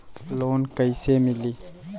Loan कइसे मिलि?